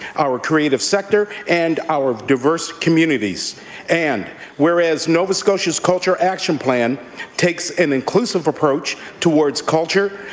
our creative sector, and our diverse communities and whereas nova scotia's culture action plan takes an inclusive approach towards culture,